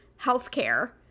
healthcare